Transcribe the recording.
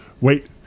Wait